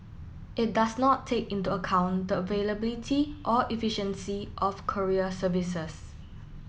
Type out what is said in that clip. it does not take into account the availability or efficiency of courier services